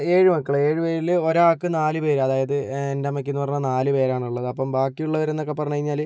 ഏഴ് മക്കൾ ഏഴ് പേരിൽ ഒരാൾക്ക് നാല് പേര് അതായത് എൻ്റെ അമ്മയ്ക്ക് എന്ന് പറഞ്ഞാൽ നാല് പേരാണുള്ളത് അപ്പം ബാക്കിയുള്ളവരന്നൊക്കെ പറഞ്ഞ് കഴിഞ്ഞാൽ